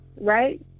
right